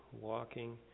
walking